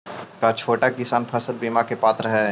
का छोटा किसान फसल बीमा के पात्र हई?